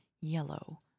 yellow